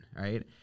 Right